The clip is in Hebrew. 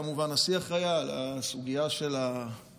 כמובן שהשיח היה על הסוגיה של הרפורמה,